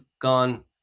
gone